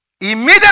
Immediately